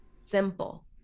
simple